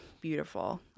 beautiful